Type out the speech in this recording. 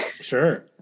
Sure